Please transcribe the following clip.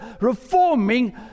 reforming